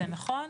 זה נכון,